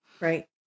Right